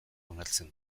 onartzen